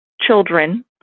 children